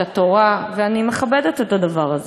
ואני אשמח אם תענה על כך.